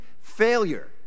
failure